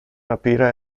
rapire